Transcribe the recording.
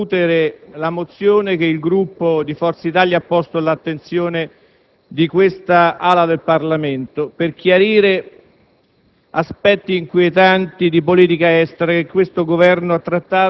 loro presenza, onorevoli senatori, siamo oggi a discutere la mozione che il Gruppo di Forza Italia ha posto all'attenzione di questa Aula del Parlamento per chiarire